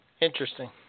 Interesting